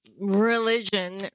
religion